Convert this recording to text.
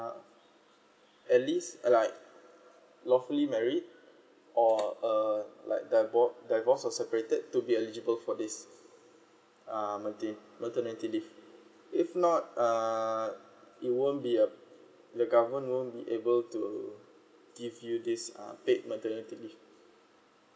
at least like lawfully married or uh like divorce divorce or separated to be eligible for this uh mater~ maternity leave if not uh you won't be the government won't be able to give you this paid maternity leave